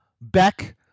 Beck